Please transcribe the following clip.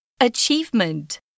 Achievement